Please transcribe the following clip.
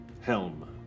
Helm